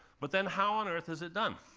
but then, how on earth is it done?